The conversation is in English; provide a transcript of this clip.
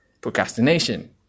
Procrastination